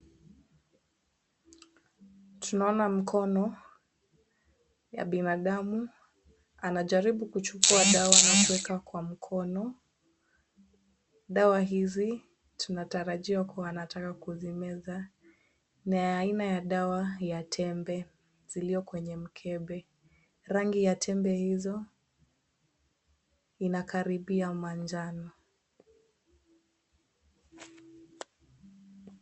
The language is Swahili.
Tunaona mkono ya binadamu. Anajaribu kuchukua dawa ya kuweka kwa mkono. Dawa hizi tunatarajia kuwa anataka kuzimeza na ya aina ya dawa ya tembe zilio kwenye mkebe. Rangi ya tembe hizo inakaribia manjano.